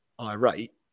irate